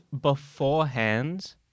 beforehand